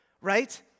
right